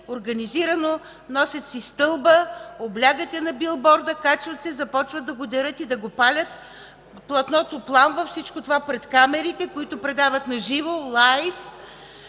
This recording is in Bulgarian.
организирано, носят си стълба, облягат я на билборда, качват се, започват да го дерат и да го палят, платното пламва – всичко това пред камерите, които предават на живо, live.